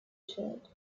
shared